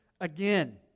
again